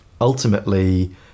ultimately